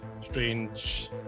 strange